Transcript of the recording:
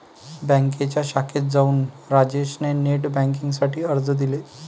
बँकेच्या शाखेत जाऊन राजेश ने नेट बेन्किंग साठी अर्ज दिले